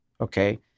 okay